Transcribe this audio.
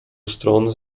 stron